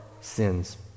sins